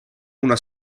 una